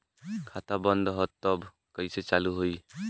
खाता बंद ह तब कईसे चालू होई?